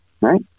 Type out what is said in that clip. right